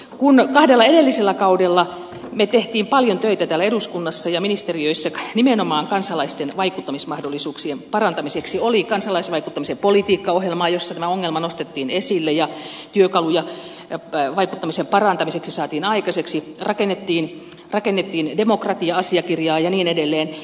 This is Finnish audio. kun kahdella edellisellä kaudella me teimme paljon töitä täällä eduskunnassa ja ministeriöissä nimenomaan kansalaisten vaikuttamismahdollisuuksien parantamiseksi oli kansalaisvaikuttamisen politiikkaohjelmaa jossa tämä ongelma nostettiin esille ja työkaluja vaikuttamisen parantamiseksi saatiin aikaan rakennettiin demokratia asiakirjaa ja niin edelleen